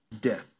death